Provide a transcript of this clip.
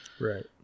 Right